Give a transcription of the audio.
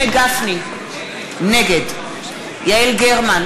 נגד יעל גרמן,